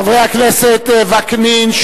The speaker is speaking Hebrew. חברי הכנסת וקנין,